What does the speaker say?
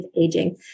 aging